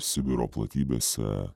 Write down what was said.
sibiro platybėse